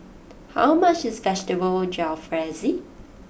how much is Vegetable Jalfrezi